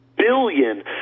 billion